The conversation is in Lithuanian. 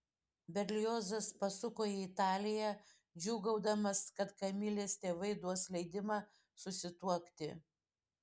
berliozas pasuko į italiją džiūgaudamas kad kamilės tėvai duos leidimą susituokti